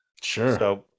Sure